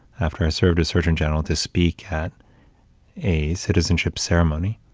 after i served as surgeon general, to speak at a citizenship ceremony,